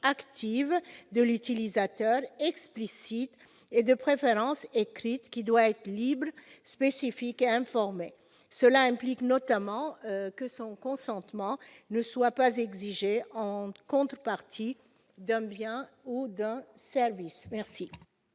active de l'utilisateur explicite et de préférence écrite qui doit être libre spécifique à informer, cela implique notamment que son consentement ne soit pas exigé en contrepartie d'un bien ou d'un service merci.